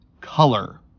color